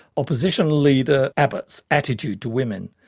opposition leader abbott's attitude to women,